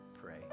pray